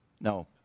No